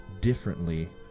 differently